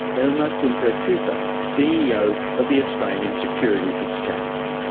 elmer funke ah kupper, ceo of the australian securities exchange.